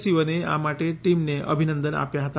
શિવને આ માટે ટીમને અભિનંદન આપ્યા હતા